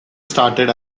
started